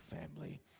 family